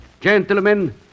gentlemen